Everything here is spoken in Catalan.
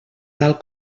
tal